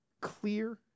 clear